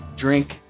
drink